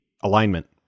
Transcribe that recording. alignment